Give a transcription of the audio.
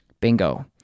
bingo